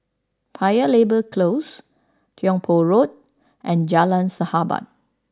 Paya Lebar Close Tiong Poh Road and Jalan Sahabat